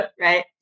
right